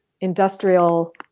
industrial